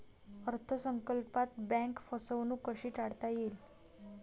अर्थ संकल्पात बँक फसवणूक कशी टाळता येईल?